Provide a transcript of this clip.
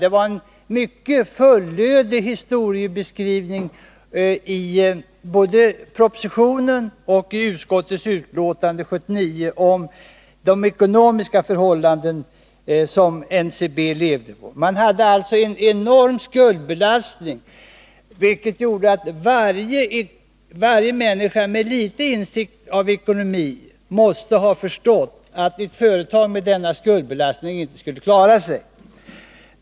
Det var en mycket fullödig historieskrivning i både propositionen och utskottets betänkande 1979 när det gäller de ekonomiska förhållanden som NCB levde under. Företaget hade som sagt en enorm skuldbelastning, och varje människa med litet insikt i ekonomi måste ha förstått att ett företag med sådan skuldbelastning inte skulle klara sig.